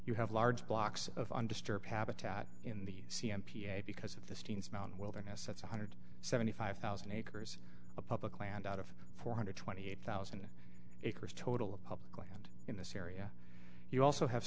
you have large blocks of undisturbed habitat in the c m ph because of the students mountain wilderness that's one hundred seventy five thousand acres of public land out of four hundred twenty eight thousand acres total of public land in this area you also have